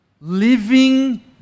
living